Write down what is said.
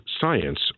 science